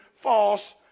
false